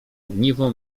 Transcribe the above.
ogniwo